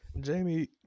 Jamie